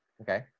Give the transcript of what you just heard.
Okay